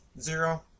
Zero